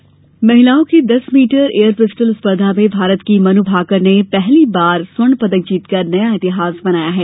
air pistol महिलाओं की दस मीटर एयर पिस्टल स्पर्धा में भारत की मनु भाकड़ ने पहली बार स्वर्ण पदक जीतकर नया इतिहास बनाया है